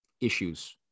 issues